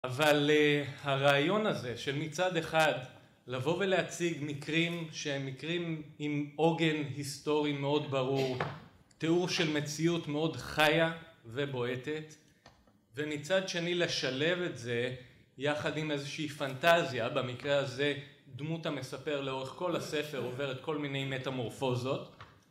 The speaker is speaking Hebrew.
אבל הרעיון הזה של מצד אחד לבוא ולהציג מקרים שהם מקרים עם עוגן היסטורי מאוד ברור, תיאור של מציאות מאוד חיה ובועטת, ומצד שני לשלב את זה יחד עם איזושהי פנטזיה, במקרה הזה דמות המספר לאורך כל הספר עוברת כל מיני מטמורפוזות.